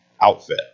outfit